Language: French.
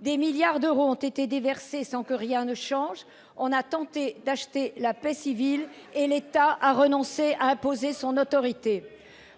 Des milliards d'euros ont été déversés sans que rien ne change : on a tenté d'acheter la paix civile et l'État a renoncé à imposer son autorité.